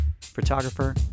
photographer